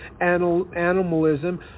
animalism